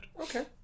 Okay